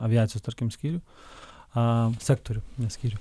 aviacijos tarkim skyrių sektorių ne skyrių